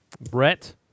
Brett